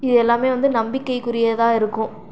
இது எல்லாமே வந்து நம்பிக்கைக்குரியதாக இருக்கும்